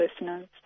listeners